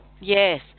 yes